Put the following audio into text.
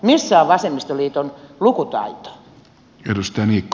missä on vasemmistoliiton lukutaito